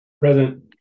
Present